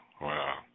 wow